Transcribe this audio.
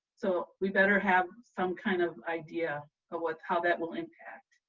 so, we better have some kind of idea of what how that will impact.